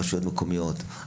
רשויות מקומיות,